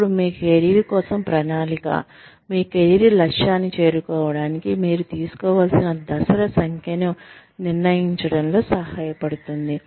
ఇప్పుడు మీ కెరీర్ కోసం ప్రణాళిక మీ కెరీర్ లక్ష్యాన్ని చేరుకోవడానికి మీరు తీసుకోవలసిన దశల సంఖ్యను నిర్ణయించడంలో సహాయపడుతుంది